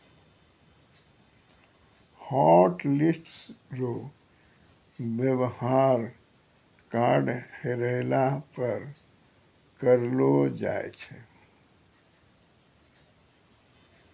hotlist रो वेवहार card हेरैला पर करलो जाय छै